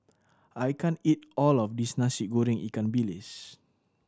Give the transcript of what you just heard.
I can't eat all of this Nasi Goreng ikan bilis